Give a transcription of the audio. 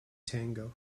tango